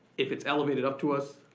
if it's elevated up to us,